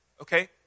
Okay